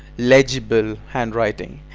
legible handwriting.